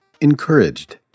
encouraged